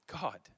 God